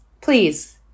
please